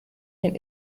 den